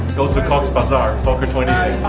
goes to cox's bazar, fokker twenty